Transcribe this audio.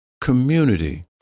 community